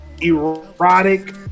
erotic